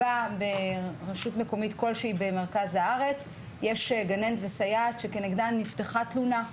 ברשות מקומית כלשהי במרכז הארץ יש גננת וסייעת שנפתחה כנגדן תלונה,